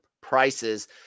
prices